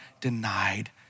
denied